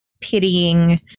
pitying